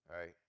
right